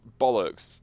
bollocks